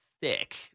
thick